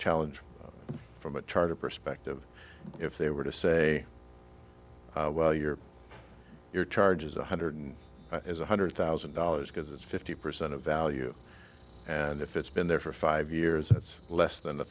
challenge from a charter perspective if they were to say well you're you're charges one hundred and one hundred thousand dollars because it's fifty percent of value and if it's been there for five years it's less than